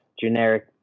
generic